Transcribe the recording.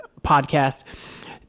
podcast